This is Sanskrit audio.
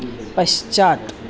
पश्चात्